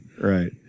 Right